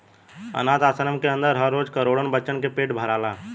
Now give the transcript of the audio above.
आनाथ आश्रम के अन्दर हर रोज करोड़न बच्चन के पेट भराला